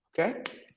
Okay